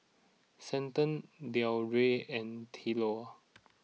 Stanton Deondre and Theola